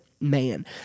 man